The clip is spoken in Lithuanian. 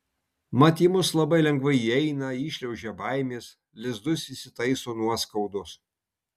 mat į mus labai lengvai įeina įšliaužia baimės lizdus įsitaiso nuoskaudos